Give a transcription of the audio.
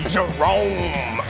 Jerome